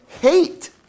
hate